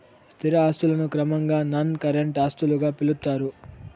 స్థిర ఆస్తులను క్రమంగా నాన్ కరెంట్ ఆస్తులుగా పిలుత్తారు